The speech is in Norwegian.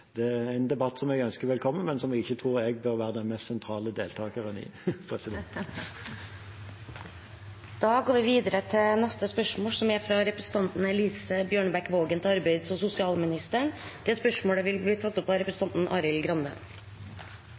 Det er en debatt jeg ønsker velkommen, men som jeg ikke tror at jeg bør være den mest sentrale deltakeren i. Dette spørsmålet, fra representanten Elise Bjørnebekk-Waagen til arbeids- og sosialministeren, vil bli tatt opp av representanten Arild Grande.